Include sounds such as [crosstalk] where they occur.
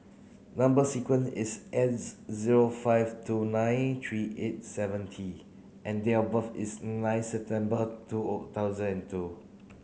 number sequence is S zero five two nine three eight seven T and date of birth is nine September two [unintelligible] thousand and two